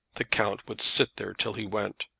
the count would sit there till he went,